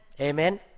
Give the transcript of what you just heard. Amen